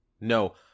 No